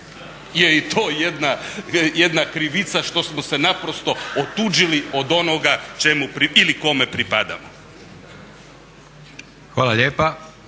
je i to jedna krivica što smo se naprosto otuđili od onoga čemu ili kome pripadamo.